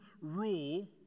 rule